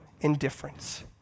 Indifference